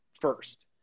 first